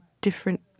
different